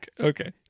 Okay